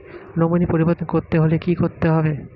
Nominee পরিবর্তন করতে হলে কী করতে হবে?